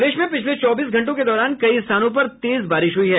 प्रदेश में पिछले चौबीस घंटों के दौरान कई स्थानों पर तेज बारिश हई है